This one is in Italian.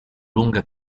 lunga